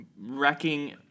wrecking